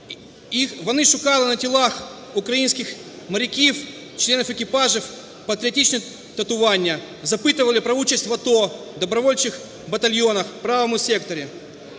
вони шукали на тілах українських моряків, членів екіпажів патріотичні татуювання, запитували про участь в АТО, добровольчих батальйонах, "Правому секторі".